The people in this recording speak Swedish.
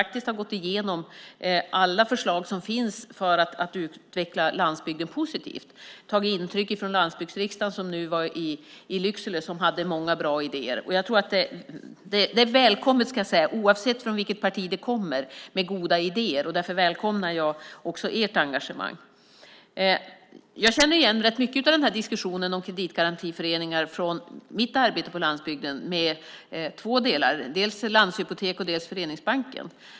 Vi har gått igenom alla förslag som finns för att utveckla landsbygden positivt. Vi har tagit intryck av Landsbygdsriksdagen i Lycksele där det fanns många bra idéer. Det är välkommet med goda idéer oavsett från vilket parti de kommer. Därför välkomnar jag också ert engagemang. Jag känner igen rätt mycket av diskussionen om kreditgarantiföreningar från mitt arbete på landsbygden. Det gäller två delar, dels Landshypotek, dels Föreningsbanken.